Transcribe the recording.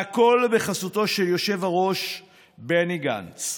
והכול בחסותו של היושב-ראש בני גנץ.